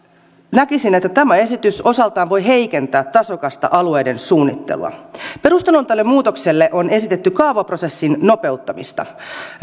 näkisin että tämä esitys voi osaltaan heikentää tasokasta alueiden suunnittelua perusteluna tälle muutokselle on esitetty kaavaprosessin nopeuttamista